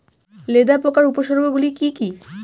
লেদা পোকার উপসর্গগুলি কি কি?